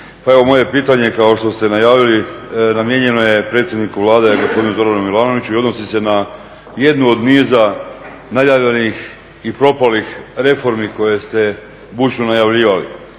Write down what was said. moje pitanje kao što ste najavili namijenjeno je predsjedniku Vlade gospodinu Zoranu Milanoviću i odnosi se na jednu od niza najavljenih i propalih reformi koje ste bučno najavljivali.